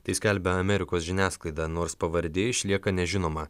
tai skelbia amerikos žiniasklaida nors pavardė išlieka nežinoma